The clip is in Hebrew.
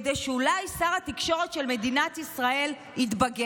כדי שאולי שר התקשורת של מדינת ישראל יתבגר.